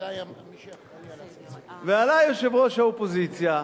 ועלה יושב-ראש האופוזיציה,